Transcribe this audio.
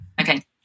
Okay